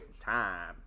time